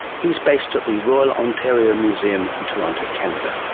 he's based at the royal ontario museum in toronto, canada